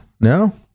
No